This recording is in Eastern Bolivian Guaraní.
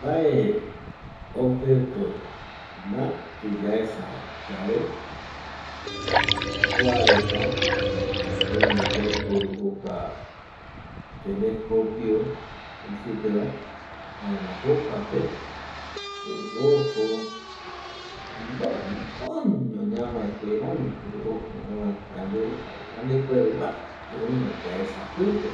Mbae objeto mati yaesa yave kua reta eh oime yaiporu jokua telescopio jei supeva jaema jokuape ojo mbo koño ñamae jeramiko ojo ovae yande jare yande puere mati oiva yaesa pipe